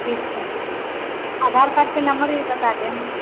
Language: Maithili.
ठीक छै आधार कार्ड के नम्बर भी बताए देब